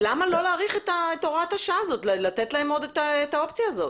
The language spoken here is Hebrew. למה לא להאריך את הוראת השעה הזאת ולתת להם את האופציה הזאת?